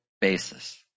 basis